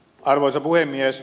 arvoisa puhemies